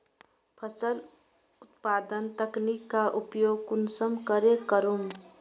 फसल उत्पादन तकनीक का प्रयोग कुंसम करे करूम?